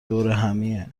دورهمیه